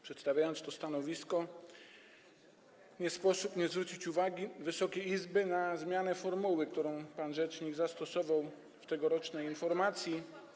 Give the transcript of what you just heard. Przedstawiając to stanowisko, nie sposób nie zwrócić uwagi Wysokiej Izby na zmianę formuły, którą pan rzecznik zastosował w tegorocznej informacji.